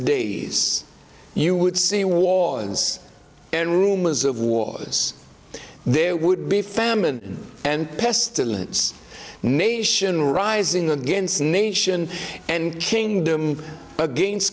days you would see wars and rumors of wars there would be famine and pestilence nation rising against nation and kingdom against